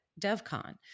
DevCon